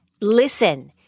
listen